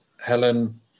Helen